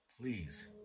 Please